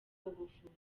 ubuvuzi